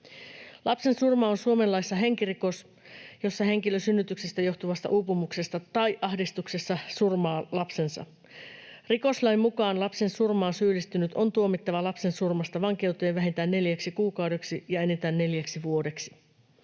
Lapsensurma on Suomen laissa henkirikos, jossa henkilö synnytyksestä johtuvasta uupumuksesta tai ahdistuksessa surmaa lapsensa. Rikoslain mukaan lapsensurmaan syyllistynyt on tuomittava lapsensurmasta vankeuteen vähintään neljäksi kuukaudeksi ja enintään neljäksi vuodeksi.